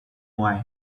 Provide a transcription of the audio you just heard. wii